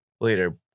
later